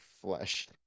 flesh